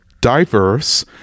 diverse